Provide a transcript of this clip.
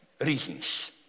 reasons